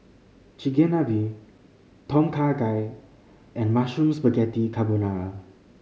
Chigenabe Tom Kha Gai and Mushroom Spaghetti Carbonara